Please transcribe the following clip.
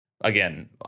again